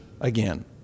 again